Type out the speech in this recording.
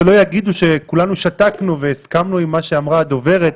שלא יגידו שכולנו שתקנו והסכמנו עם מה שאמרה הדוברת,